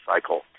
cycle